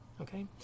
okay